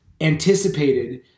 anticipated